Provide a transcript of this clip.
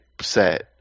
set